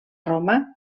roma